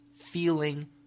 feeling